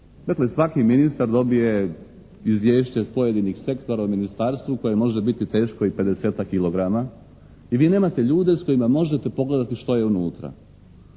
Dakle, svaki ministar dobije izvješće pojedinih sektora ministarstva koje može biti teško i pedesetak kilograma i vi nemate ljude s kojima možete pogledati što je unutra.